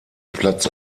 platz